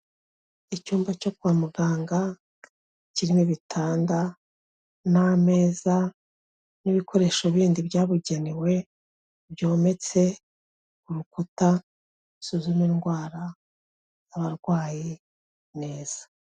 Icyumba cyo kwa muganga kirimo ibitanda n'ameza n'ibikoresho bindi byabugenewe, byometse ku rukuta bisuzuma indwara z'abarwaye neza.